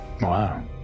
Wow